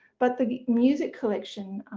but the music collection